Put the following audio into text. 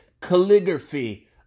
calligraphy